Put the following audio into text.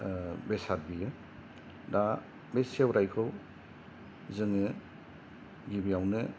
बेसाद बेयो दा बे सेवराइखौ जोङो गिबियावनो